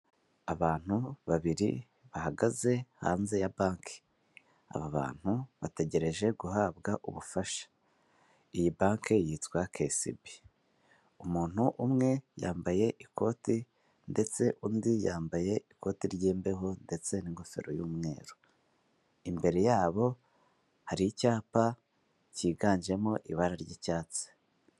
Abantu babiri bahagaze hanze ya banki aba bantu bategereje guhabwa ubufasha, iyi banki yitwa keyisibi, umuntu umwe yambaye ikoti ndetse undi yambaye ikoti ry'imbeho ndetse n'ingofero y'umweru, imbere yabo hari icyapa cyiganjemo ibara ry'icyatsi.